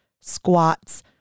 squats